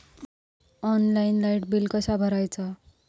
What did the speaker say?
Online light bill कसा भरायचा?